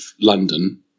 London